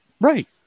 Right